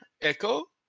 Echo